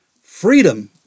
Freedom